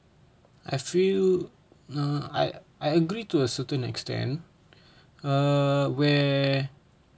I feel uh I I agree to a certain extent err where